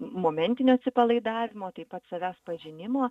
momentinio atsipalaidavimo taip pat savęs pažinimo